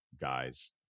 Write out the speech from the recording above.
guys